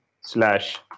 slash